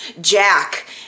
Jack